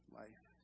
life